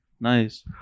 Nice